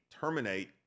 terminate